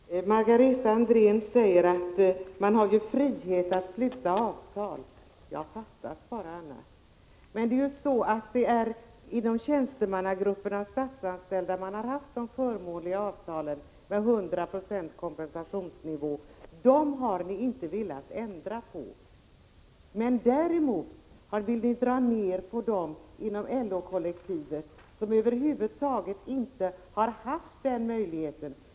Herr talman! Margareta Andrén säger att man har frihet att sluta avtal. Ja, 29 april 1986 fattas bara annat. Men det är tjänstemannagrupperna och de statsanställda som har haft de förmånliga avtalen med 100 26 kompensationsnivå. Det har ni inte velat ändra på. Däremot vill ni göra neddragningar inom LO kollektivet, som över huvud taget inte har haft den möjligheten.